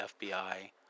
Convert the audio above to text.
FBI